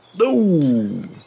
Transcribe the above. No